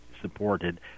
supported